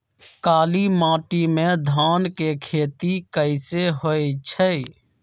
काली माटी में धान के खेती कईसे होइ छइ?